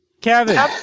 Kevin